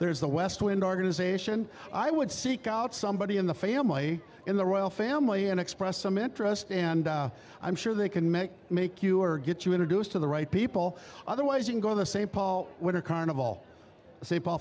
there is the west wind organization i would seek out somebody in the family in the royal family and expressed some interest and i'm sure they can make make you or get you introduced to the right people otherwise you can go to the st paul winter carnival st paul